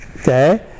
Okay